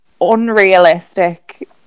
unrealistic